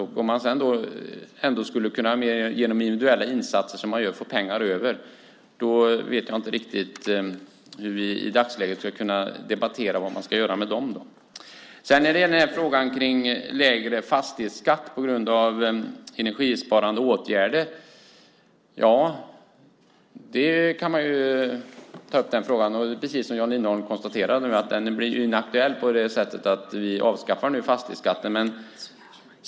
Om man sedan ändå, med individuella insatser, skulle kunna få pengar över så vet jag inte riktigt hur vi i dagsläget skulle kunna debattera vad man ska göra med dem. När det gäller frågan om lägre fastighetsskatt på grund av energisparande åtgärder kan man precis som Jan Lindholm konstatera att den blir inaktuell på så sätt att vi nu avskaffar fastighetsskatten.